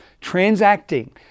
transacting